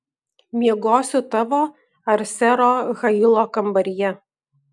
miegosiu tavo ar sero hailo kambaryje